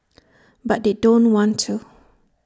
but they don't want to